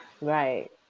right